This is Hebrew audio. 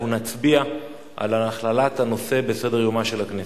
אנחנו נצביע על הכללת הנושא בסדר-יומה של הכנסת.